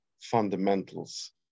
fundamentals